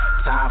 Time